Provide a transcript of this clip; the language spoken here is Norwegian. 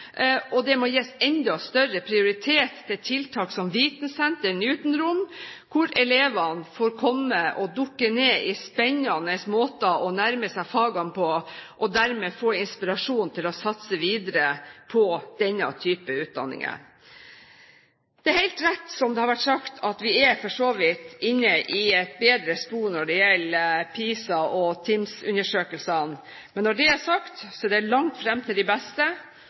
og det må gis enda større prioritet til tiltak som vitensentre og Newton-rom, der elevene får komme og dukke ned i spennende måter å nærme seg fagene på og dermed få inspirasjon til å satse videre på denne type utdanninger. Det er helt rett som det har vært sagt, at vi for så vidt er inne på et bedre spor når det gjelder PISA- og TIMSS-undersøkelsene. Men når det er sagt, er det langt fram til de beste,